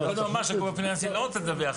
אבל הוא מקודם אמר שהגוף הפיננסי לא רוצה לדווח.